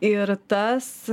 ir tas